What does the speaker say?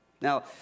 Now